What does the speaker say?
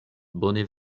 bone